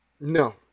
no